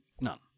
None